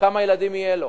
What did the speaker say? כמה ילדים יהיו לו.